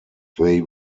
they